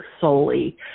solely